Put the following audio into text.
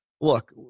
look